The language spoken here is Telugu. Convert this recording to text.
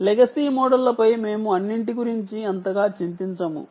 లెగసీ మోడళ్లపై మేము అన్నింటి గురించి అంతగా చింతించము